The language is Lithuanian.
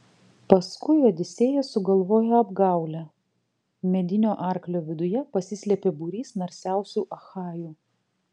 paskui odisėjas sugalvojo apgaulę medinio arklio viduje pasislėpė būrys narsiausių achajų